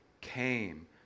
came